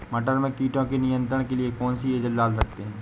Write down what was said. मटर में कीटों के नियंत्रण के लिए कौन सी एजल डाल सकते हैं?